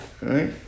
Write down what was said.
Right